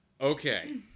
Okay